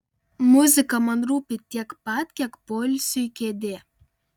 muzika man rūpi tiek pat kiek poilsiui kėdė